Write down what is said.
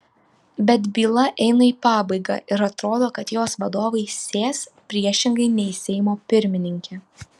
bet byla eina į pabaigą ir atrodo kad jos vadovai sės priešingai nei seimo pirmininkė